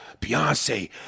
Beyonce